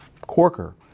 Corker